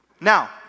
Now